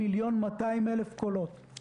כל השאר הצביעו והתיישרו.